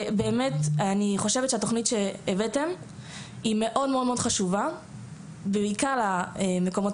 אני חושבת שהתוכנית שהבאתם היא מאוד חשובה בעיקר למקומות